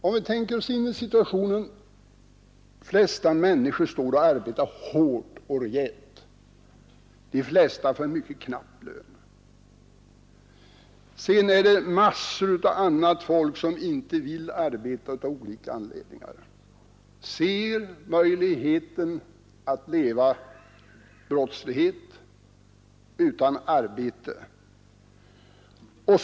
Om vi tänker oss in i situationen som den är så står många människor och arbetar hårt och rejält, de flesta för en mycket knapp lön. Sen finns det massor av annat folk som av olika anledningar inte vill arbeta. De ser sin möjlighet att leva av brottslighet utan att behöva arbeta.